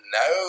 no